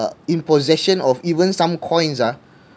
uh in possession of even some coins ah